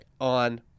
on